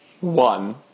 One